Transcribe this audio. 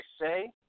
say